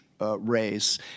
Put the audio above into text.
race